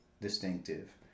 distinctive